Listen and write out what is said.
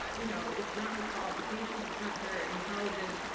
ah you know it's not her qualifications, it's not her intelligence.